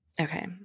okay